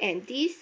and this